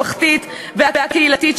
חבר הכנסת גפני, אני קוראת אותך לסדר.